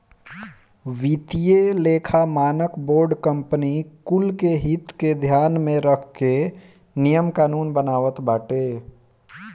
वित्तीय लेखा मानक बोर्ड कंपनी कुल के हित के ध्यान में रख के नियम कानून बनावत बाटे